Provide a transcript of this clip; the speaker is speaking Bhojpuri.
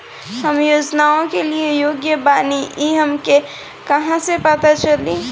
हम योजनाओ के लिए योग्य बानी ई हमके कहाँसे पता चली?